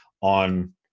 on